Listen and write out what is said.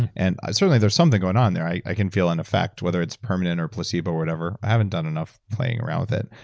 and certainly, there's something going on there, i can feel an effect whether it's permanent or placebo or whatever, i haven't done enough playing around with it.